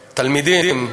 תלמידים,